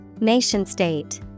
Nation-state